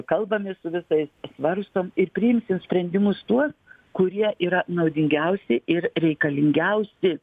kalbamės su visais svarstom ir priimsim sprendimus tuos kurie yra naudingiausi ir reikalingiausi